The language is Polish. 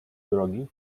drogi